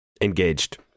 Engaged